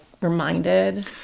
reminded